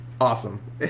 awesome